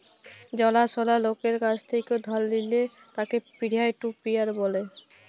জালা সলা লকের কাছ থেক্যে ধার লিলে তাকে পিয়ার টু পিয়ার ব্যলে